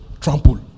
trample